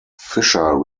fisher